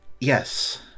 Yes